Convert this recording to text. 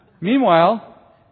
Meanwhile